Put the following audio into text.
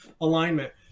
alignment